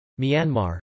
Myanmar